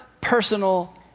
personal